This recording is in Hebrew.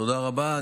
תודה רבה.